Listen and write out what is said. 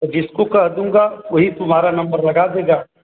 तो जिसको कह दूंगा वो ही तुम्हारा नम्बर लगा देगा